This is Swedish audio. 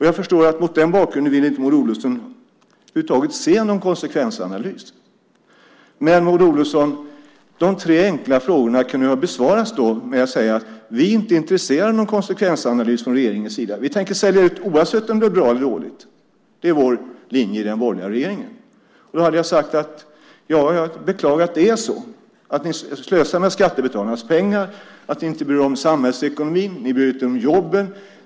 Jag förstår att Maud Olofsson mot den bakgrunden över huvud taget inte vill se någon konsekvensanalys. Men, Maud Olofsson, de tre enkla frågorna hade då kunnat besvaras genom att ni sagt: Vi är inte intresserade av någon konsekvensanalys från regeringens sida. Vi tänker sälja ut oavsett om det är bra eller dåligt. Det är vår linje i den borgerliga regeringen. Då hade jag sagt att jag beklagar att det är så, att ni slösar med skattebetalarnas pengar, att ni inte bryr er om samhällsekonomin. Ni bryr er inte om jobben.